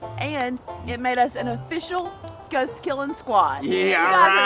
and it made us an official ghost killing squad yeah